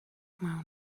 climb